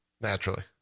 Naturally